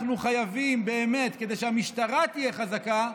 אנחנו חייבים באמת, כדי שהמשטרה תהיה חזקה,